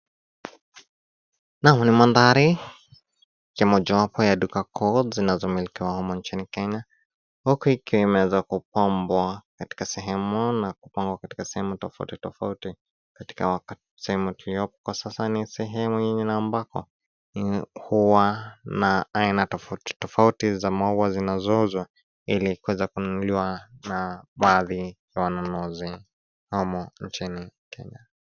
Naam ni mandhari ya mojawapo ya duka kuu zinazomilikiwa humu nchini Kenya huku ikiwa imeweza kupambwa katika sehemu na kupangwa katika sehemu tofauti tofauti. Sehemu tuliopo kwa sasa ni sehemu yenye na ambako huwa na aina tofauti tofauti za maua zinazouzwa ili kuweza kununuliwa na baadhi ya wanunuzi humu nchini Kenya.